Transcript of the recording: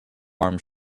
arms